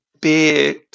bit